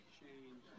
change